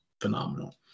phenomenal